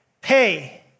pay